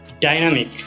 dynamic